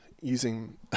using